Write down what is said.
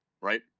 Right